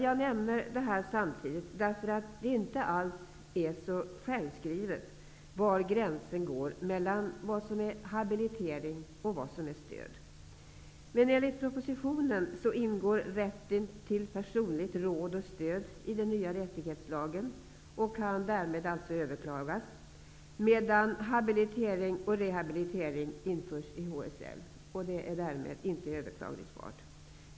Jag nämner dessa frågor samtidigt, därför att det inte alls är så självskrivet var gränsen går mellan vad som är habilitering och vad som är stöd. Men enligt propositionen så ingår rätten till personligt råd och stöd i den nya rättighetslagen och kan därmed alltså överklagas, medan habilitering och rehabilitering införs i HSL och därmed inte kan överklagas.